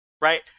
Right